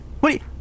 Wait